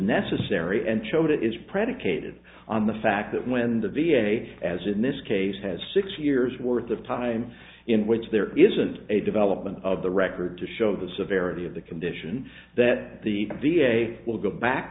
necessary and showed it is predicated on the fact that when the v a as in this case has six years worth of time in which there isn't a development of the record to show the severity of the condition that the v a will go back